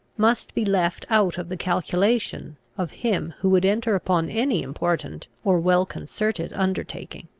must be left out of the calculation of him who would enter upon any important or well-concerted undertaking.